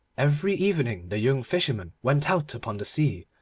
every evening the young fisherman went out upon the sea,